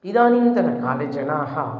इदानींतनकाले जनाः